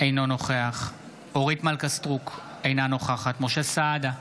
אינו נוכח אורית מלכה סטרוק, אינה נוכחת משה סעדה,